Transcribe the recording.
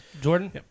Jordan